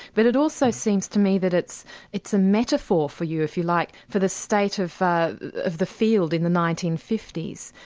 but it also seems to me that it's it's a metaphor for you, if you like, for the state of of the field in the nineteen fifty s.